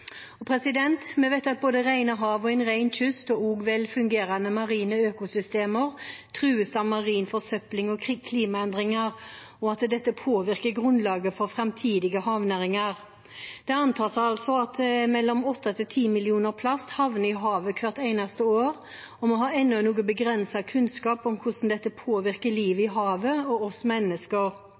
Vi vet at både rene hav, en ren kyst og også velfungerende marine økosystemer trues av marin forsøpling og klimaendringer, og at dette påvirker grunnlaget for framtidige havnæringer. Det antas at 8–10 millioner tonn plast havner i havet hvert eneste år, og vi har enda noe begrenset kunnskap om hvordan dette påvirker livet i havet og oss mennesker.